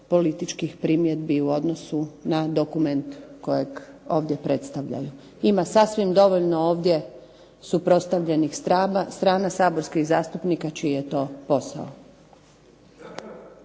političkih primjedbi u odnosu na dokument kojeg ovdje predstavljaju. Ima sasvim dovoljno ovdje suprotstavljenih strana saborskih zastupnika čiji je to posao.